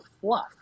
fluff